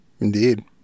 Indeed